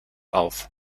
auf